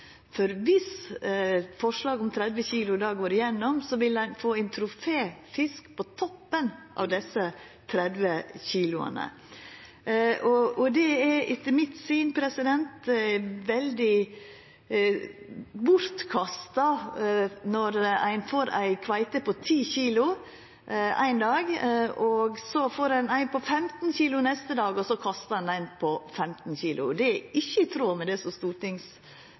For viss forslaget om 30 kilo går igjennom, vil ein få ein troféfisk på toppen av desse 30 kiloa. Det er etter mitt syn veldig bortkasta. Når ein får ei kveite på 10 kilo éin dag, og så ei på 15 kilo neste dag, og så kastar ein den på 15 kilo. Det er ikkje i tråd med det som